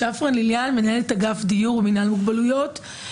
מנהלת אגף דיור, מנהל מוגבלויות.